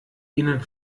ihnen